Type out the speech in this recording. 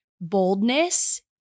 Boldness